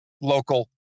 local